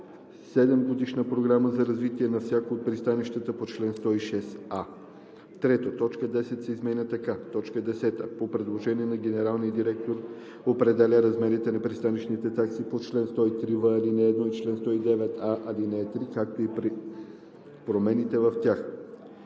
седемгодишна програма за развитие за всяко от пристанищата по чл. 106а;“. 3. Точка 10 се изменя така: „10. по предложение на генералния директор определя размерите на пристанищните такси по чл. 103в, ал. 1 и чл. 109а, ал. 3, както и промените в тях.“